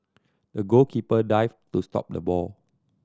the goalkeeper dived to stop the ball